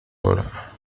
ahora